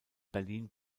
berlin